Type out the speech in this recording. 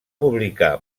publicar